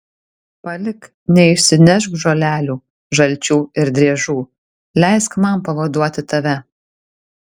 palik neišsinešk žolelių žalčių ir driežų leisk man pavaduoti tave